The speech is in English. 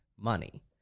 money